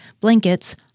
blankets